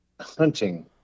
hunting